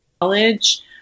college